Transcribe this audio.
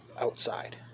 outside